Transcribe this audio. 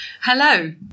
Hello